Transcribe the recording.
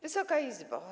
Wysoka Izbo!